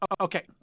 okay